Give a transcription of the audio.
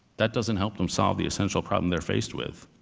that doesn't help them solve the essential problem they're faced with.